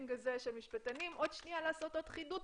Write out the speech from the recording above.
של משפטנים לעשות עוד ועוד חידוד.